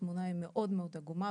התמונה היא מאוד מאוד עגומה,